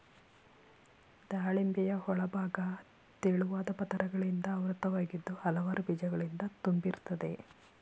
ದಾಳಿಂಬೆಯ ಒಳಭಾಗ ತೆಳುವಾದ ಪದರಗಳಿಂದ ಆವೃತವಾಗಿದ್ದು ಹಲವಾರು ಬೀಜಗಳಿಂದ ತುಂಬಿರ್ತದೆ